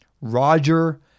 Roger